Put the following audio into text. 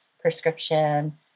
prescription